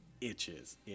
itches